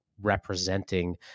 representing